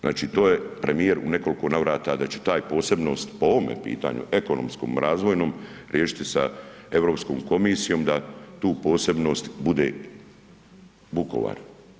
Znači to je premijer u nekoliko navrata, da će taj posebnost po ovome pitanju, ekonomskom, razvojnom, riješiti sa EU komisijom da tu posebnost bude Vukovar.